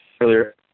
earlier